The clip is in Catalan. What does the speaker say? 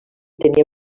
tenia